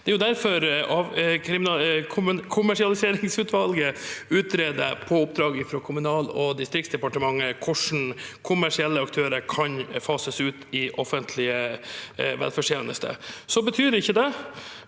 derfor avkommersialiseringsutvalget på oppdrag fra Kommunal- og distriktsdepartementet utreder hvordan kommersielle aktører kan fases ut i offentlige velferdstjenester. Det betyr ikke at